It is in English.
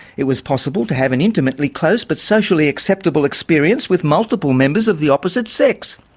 it was possible to have an intimately close but socially acceptable experience with multiple members of the opposite sex.